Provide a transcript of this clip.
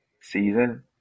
season